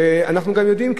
אנחנו גם יודעים,